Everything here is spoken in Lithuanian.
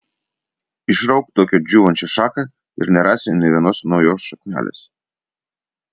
išrauk tokią džiūvančią šaką ir nerasi nė vienos naujos šaknelės